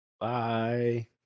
Bye